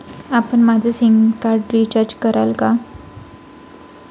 आपण माझं SIM card recharge कराल का?